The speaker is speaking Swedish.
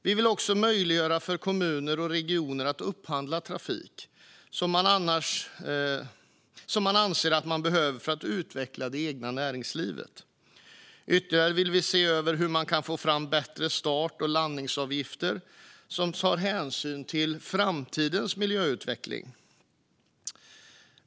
Vi vill också möjliggöra för kommuner och regioner att upphandla trafik som man anser att man behöver för att utveckla det egna näringslivet. Dessutom vill vi se över hur man kan få fram bättre start och landningsavgifter som tar hänsyn till framtidens miljöutveckling.